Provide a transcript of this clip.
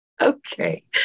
Okay